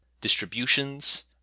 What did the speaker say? distributions